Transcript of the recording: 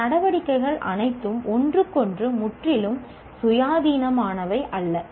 இந்த நடவடிக்கைகள் அனைத்தும் ஒன்றுக்கொன்று முற்றிலும் சுயாதீனமானவை அல்ல